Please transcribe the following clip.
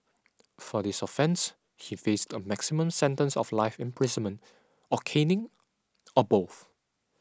for his offence he faced a maximum sentence of life imprisonment or caning or both